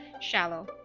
Shallow